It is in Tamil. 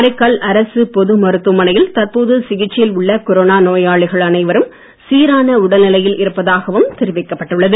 காரைக்கால் அரசுப் பொது மருத்துவமனையில் தற்போது சிகிச்சையில் உள்ள கொரோனா நோயாளிகள் அனைவரும் சீரான உடல்நிலையில் இருப்பதாகவும் தெரிவிக்கப் பட்டுள்ளது